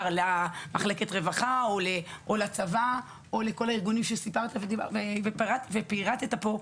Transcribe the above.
למחלקת הרווחה או לצבא או לכל הארגונים שפירטת כאן,